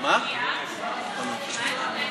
עליזה,